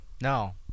No